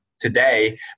today